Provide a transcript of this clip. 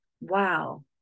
Wow